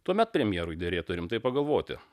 tuomet premjerui derėtų rimtai pagalvoti